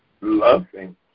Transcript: loving